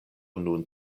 nun